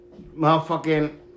motherfucking